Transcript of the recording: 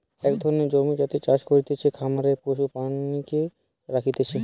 এক ধরণের জমি যাতে চাষ হতিছে, খামারে পশু প্রাণীকে রাখতিছে